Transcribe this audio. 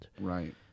Right